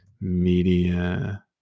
media